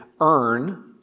earn